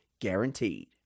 guaranteed